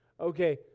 Okay